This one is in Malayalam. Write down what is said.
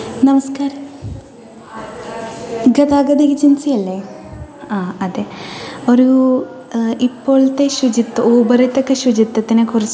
നമസ്കാരം ഗതാഗത ഏജൻസിയല്ലേ ആ അതെ ഒരു ഇപ്പോഴത്തെ ഉപരിതത്വത്തിൻ്റെ ശുചിത്വത്തിനെക്കുറിച്ച്